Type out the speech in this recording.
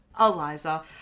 Eliza